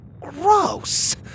Gross